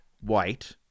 white